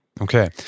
Okay